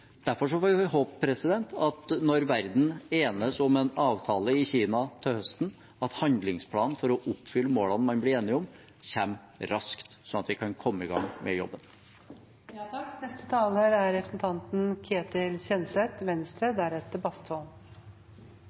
Derfor får vi håpe at når verden enes om en avtale i Kina til høsten, kommer handlingsplanen for å oppfylle målene man blir enige om, raskt, sånn at vi kan komme i gang med jobben. Det er en ny type debatt vi har her i dag, som er